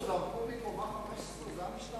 האנשים האלה שזרקו מקומה 15, זה המשטר